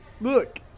Look